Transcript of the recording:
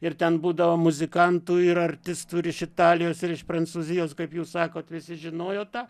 ir ten būdavo muzikantų ir artistų ir iš italijos ir iš prancūzijos kaip jūs sakot visi žinojo tą